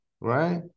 right